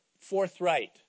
forthright